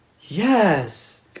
yes